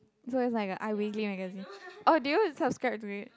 so is like a i-weekly magazine oh do you subscribe to it